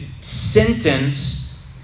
sentence